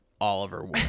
Oliver